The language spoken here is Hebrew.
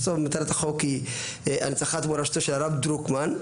בסוף מטרת החוק היא הנצחת מורשתו של הרב דרוקמן,